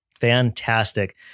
Fantastic